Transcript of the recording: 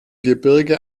gebirge